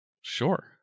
Sure